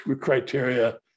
criteria